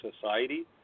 society